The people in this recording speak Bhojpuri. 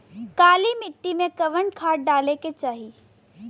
काली मिट्टी में कवन खाद डाले के चाही?